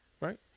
right